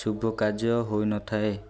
ଶୁଭକାର୍ଯ୍ୟ ହୋଇନଥାଏ